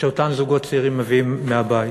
שאותם זוגות צעירים מביאים מהבית.